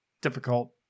difficult